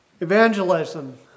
Evangelism